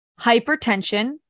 hypertension